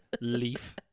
leaf